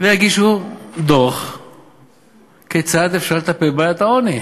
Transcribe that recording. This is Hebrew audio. ויגישו דוח כיצד אפשר לטפל בבעיית העוני.